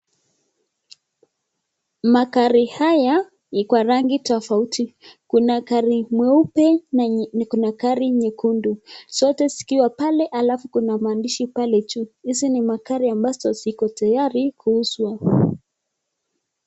Magari haya kwa rangi tofauti. Kuna gari mweupe na kuna gari nyekundu, zote zikiwa pale alafu kuna maandishi pale juu. Hizi ni magari ambazo ziko tayari kuuzwa.